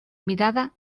mirada